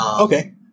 Okay